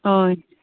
हय